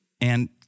And-